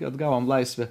atgavom laisvę